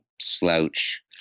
slouch